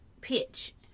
pitch